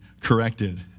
corrected